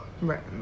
Right